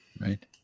right